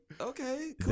okay